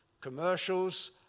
commercials